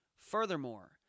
Furthermore